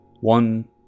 one